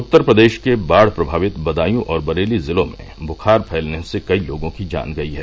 उत्तर प्रदेश के बाढ़ प्रभावित बदायूं और बरेली जिलों में बुखार फैलने से कई लोगों की जान गयी है